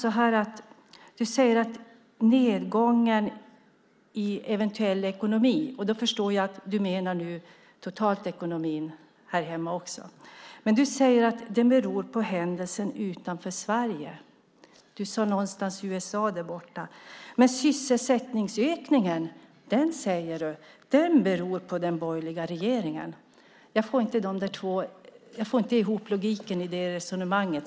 Du sade att en eventuell nedgång i ekonomin - och jag förstår att du menar den totala ekonomin, alltså även här hemma - beror på händelser utanför Sverige; bland annat nämndes USA. Däremot beror sysselsättningsökningen enligt dig på den borgerliga regeringen. Jag får inte logiken att gå ihop i det resonemanget.